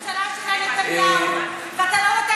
מדינת ישראל צריכה לשמור על החוק וגם,